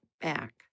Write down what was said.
back